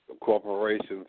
corporations